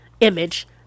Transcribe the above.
image